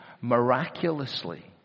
miraculously